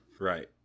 Right